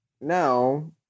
now